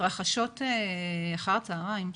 מתרחשות אחר הצהריים,